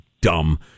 dumb